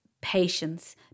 patience